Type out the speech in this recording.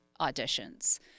auditions